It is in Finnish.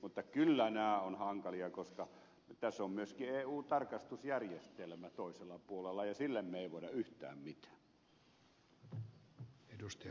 mutta kyllä nämä ovat hankalia koska tässä on myös eu tarkastusjärjestelmä toisella puolella ja sille me emme voi yhtään mitään